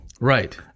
Right